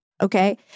Okay